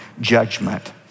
judgment